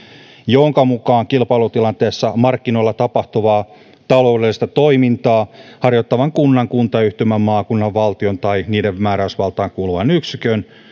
jonka mukaan kilpailutilanteessa markkinoilla tapahtuvaa taloudellista toimintaa harjoittavan kunnan kuntayhtymän maakunnan valtion tai niiden määräysvaltaan kuuluvan yksikön